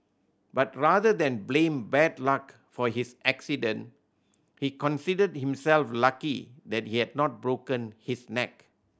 but rather than blame bad luck for his accident he considered himself lucky that he had not broken his neck